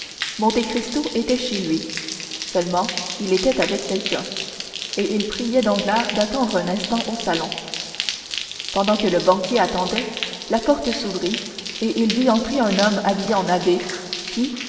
monte cristo était chez lui seulement il était avec quelqu'un et il priait danglars d'attendre un instant au salon pendant que le banquier attendait la porte s'ouvrit et il vit entrer un homme habillé en abbé qui